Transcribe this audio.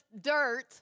dirt